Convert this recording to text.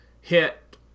hit